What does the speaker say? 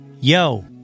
Yo